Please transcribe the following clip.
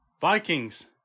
Vikings